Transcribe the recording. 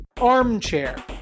armchair